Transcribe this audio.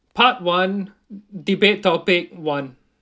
part one debate topic one